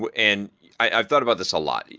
but and i've thought about this a lot.